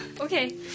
okay